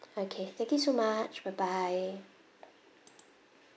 okay thank you so much bye bye